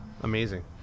amazing